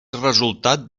resultat